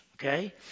okay